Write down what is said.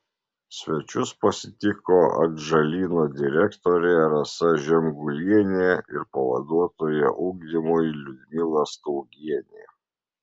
svečius pasitiko atžalyno direktorė rasa žemgulienė ir pavaduotoja ugdymui liudmila staugienė